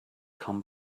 come